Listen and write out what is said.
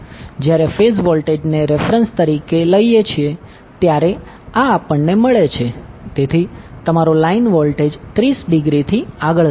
જ્યારે ફેઝ વોલ્ટેજને રેફેરન્સ તરીકે લઈએ છીએ ત્યારે આ આપણને મળે છે તેથી તમારો લાઇન વોલ્ટેજ 30 ડિગ્રીથી આગળ રહેશે